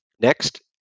Next